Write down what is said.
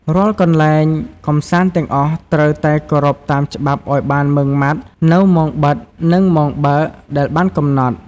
រាល់កន្លែងកម្សាន្តទាំងអស់ត្រូវតែគោរពតាមច្បាប់ឱ្យបានម៉ឺងម៉ាត់នូវ ម៉ោងបិទ និងម៉ោងបើក ដែលបានកំណត់។